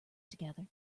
together